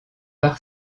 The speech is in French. par